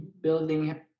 building